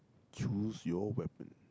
choose your weapon